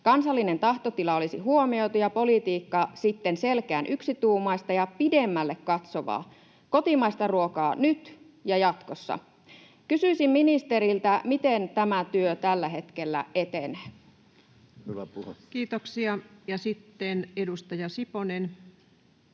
kansallinen tahtotila olisi huomioitu ja politiikka sitten selkeän yksituumaista ja pidemmälle katsovaa. Kotimaista ruokaa nyt ja jatkossa. Kysyisin ministeriltä: miten tämä työ tällä hetkellä etenee? Kiitoksia. — Sitten edustaja Siponen.